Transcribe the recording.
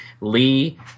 Lee